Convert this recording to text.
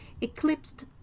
eclipsed